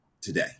today